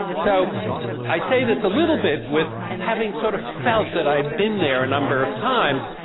so i say this a little bit with having sort of felt that i'd been there a number of times,